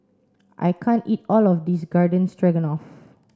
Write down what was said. I can't eat all of this Garden Stroganoff